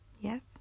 Yes